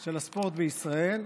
של הספורט בישראל,